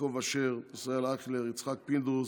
יעקב אשר, ישראל אייכלר, יצחק פינדרוס,